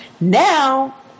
Now